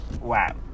wow